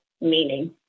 meaning